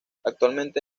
actualmente